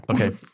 Okay